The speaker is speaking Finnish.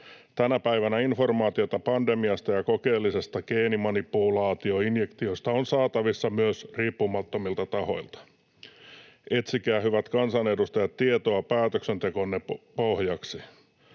Tänä päivänä informaatiota pandemiasta ja kokeellisista geenimanipulaatioinjektioista on saatavissa myös riippumattomilta tahoilta. Etsikää, hyvät kansanedustajat, tietoa päätöksentekonne pohjaksi.